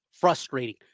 frustrating